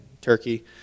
Turkey